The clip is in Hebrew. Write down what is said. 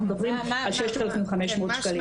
אנחנו מדברים על 6,500 שקלים.